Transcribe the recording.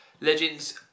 Legends